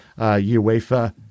UEFA